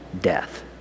death